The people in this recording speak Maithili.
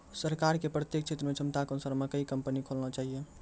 सरकार के प्रत्येक क्षेत्र मे क्षमता के अनुसार मकई कंपनी खोलना चाहिए?